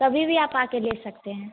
कभी भी आप आकर ले सकते हैं